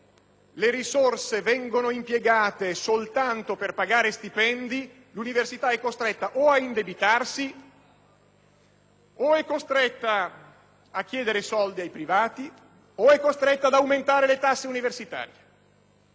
le risorse vengono impiegate soltanto per pagare stipendi, l'università è costretta ad indebitarsi o a chiedere soldi ai privati o ad aumentare le tasse universitarie.